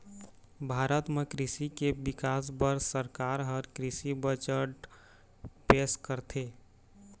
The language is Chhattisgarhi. भारत म कृषि के बिकास बर सरकार ह कृषि बजट पेश करथे